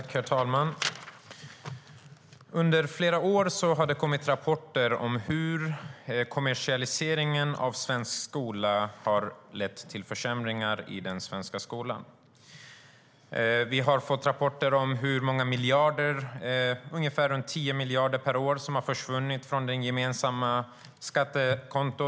Herr talman! Under flera år har det kommit rapporter om hur kommersialiseringen lett till försämringar i den svenska skolan. Vi har fått rapporter om att ungefär 10 miljarder per år har försvunnit från det gemensamma skattekontot.